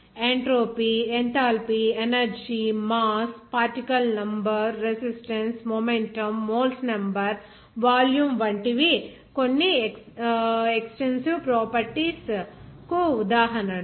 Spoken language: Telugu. entropy enthalpy energy mass particle number resistance momentum moles number volume వంటివి ఎక్సటెన్సివ్ ప్రాపర్టీస్ కు మరికొన్ని ఉదాహరణలు